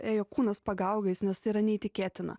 ėjo kūnas pagaugais nes tai yra neįtikėtina